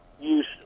use